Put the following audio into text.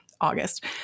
August